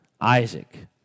Isaac